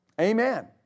Amen